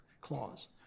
clause